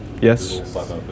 Yes